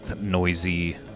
noisy